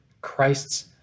Christ's